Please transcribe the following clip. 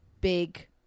big